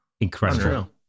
Incredible